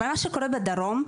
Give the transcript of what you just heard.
אבל מה שקורה בדרום,